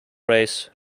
race